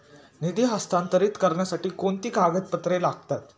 निधी हस्तांतरित करण्यासाठी कोणती कागदपत्रे लागतात?